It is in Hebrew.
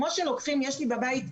יש לי בבית,